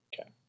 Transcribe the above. Okay